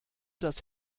das